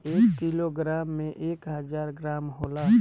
एक किलोग्राम में एक हजार ग्राम होला